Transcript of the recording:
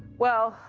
well,